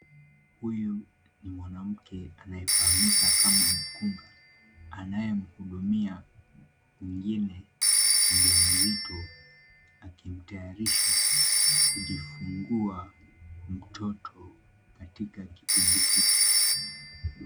Huyu ni mwanamke anayefahamika kama mkunga, anayemhudumia mwingine mjamzito, akimtayarisha kujifungua mtoto katika kipindi hiki.